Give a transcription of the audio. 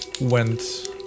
went